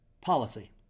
policy